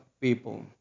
people